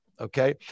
Okay